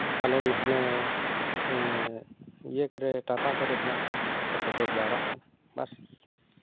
ᱯᱟᱞᱮᱱ ᱦᱟᱱᱮ ᱤᱭᱟᱹ ᱠᱚᱨᱮ ᱴᱟᱴᱟ ᱠᱚᱨᱮ ᱦᱮᱱᱟᱜ ᱠᱚᱣᱟ ᱱᱟᱜ ᱠᱚ ᱥᱮᱴᱮᱨ ᱡᱟᱣᱨᱟᱜ ᱠᱟᱱᱟ ᱵᱟᱥ